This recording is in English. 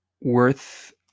worth